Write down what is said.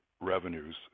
revenues